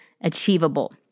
achievable